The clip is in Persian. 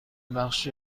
بخش